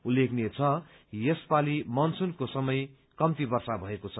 उल्लेखनीय छ यसपाली मनसूनको समय कम्ती वर्षा भएको छ